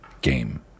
game